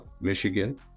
Michigan